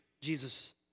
Jesus